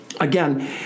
again